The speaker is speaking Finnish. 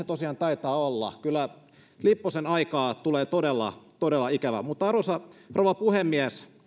tosiaan taitaa olla kyllä lipposen aikaa tulee todella todella ikävä arvoisa rouva puhemies